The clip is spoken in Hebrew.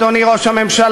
אדוני ראש הממשלה,